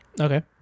Okay